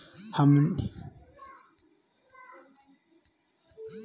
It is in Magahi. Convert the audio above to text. लोन कैसे चुकाबल जयते ऑनलाइन बोया ऑफलाइन?